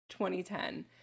2010